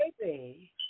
Baby